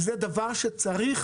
זה דבר שמצריך